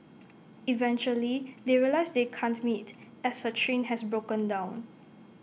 eventually they realise they can't meet as her train has broken down